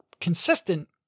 consistent